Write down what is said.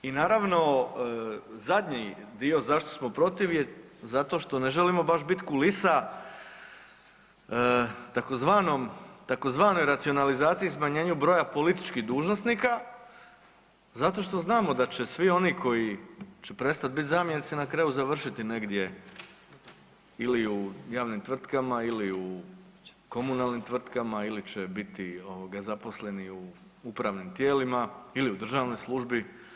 I naravno zadnji dio zašto smo protiv je zato što ne želimo biti baš kulisa tzv. racionalizaciji i smanjenju broja političkih dužnosnika zato što znamo da će svi oni koji će prestat biti zamjenici na kraju završiti negdje ili u javnim tvrtkama ili u komunalnim tvrtkama ili će biti zaposleni u upravnim tijelima ili u državnoj službi.